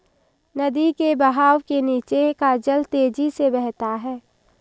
नदी के बहाव के नीचे का जल तेजी से बहता है